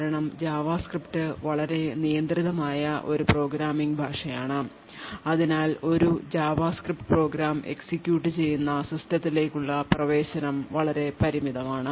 കാരണം ജാവാസ്ക്രിപ്റ്റ് വളരെ നിയന്ത്രിതമായ ഒരു പ്രോഗ്രാമിംഗ് ഭാഷയാണ് അതിനാൽ ഒരു ജാവാസ്ക്രിപ്റ്റ് പ്രോഗ്രാം എക്സിക്യൂട്ട് ചെയ്യുന്ന സിസ്റ്റത്തിലേക്കുള്ള പ്രവേശനം വളരെ പരിമിതമാണ്